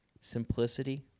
simplicity